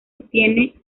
obtiene